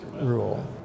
rule